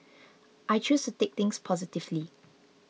I choose to take things positively